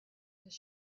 his